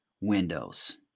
Windows